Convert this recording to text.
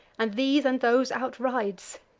and these and those outrides.